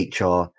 HR